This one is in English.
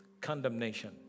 condemnation